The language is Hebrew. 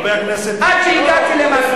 חבר הכנסת רותם,